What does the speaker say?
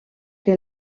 que